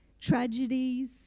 tragedies